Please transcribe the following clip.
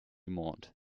monde